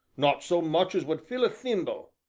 not so much as would fill a thimble?